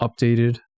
updated